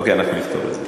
אוקיי, אנחנו נפתור את זה.